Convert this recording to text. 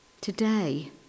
Today